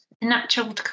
Natural